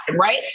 right